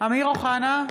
אמיר אוחנה,